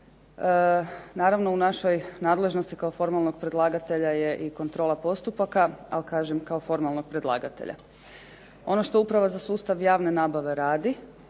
Naravno, u našoj nadležnosti kao formalnog predlagatelja je i kontrola postupaka. Ali kažem kalo formalnog predlagatelja. Ono što Uprava za sustav javne nabave radi